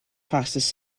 fastest